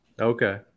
Okay